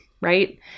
right